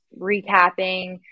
recapping